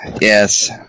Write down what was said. Yes